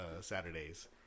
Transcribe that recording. saturdays